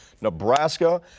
Nebraska